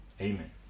amen